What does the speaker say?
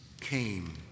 came